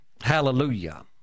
Hallelujah